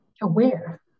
aware